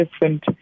different